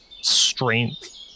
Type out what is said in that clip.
strength